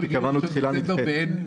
כי נקבעה תחילה נדחית.